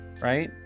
Right